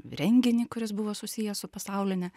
renginį kuris buvo susijęs su pasauline